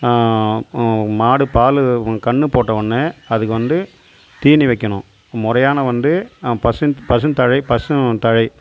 மாடு பால் கன்று போட்டவொன்னே அதுக்கு வந்து தீனி வைக்கணும் முறையான வந்து பசுந் பசுந்தழை பசுந்தழை